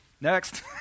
Next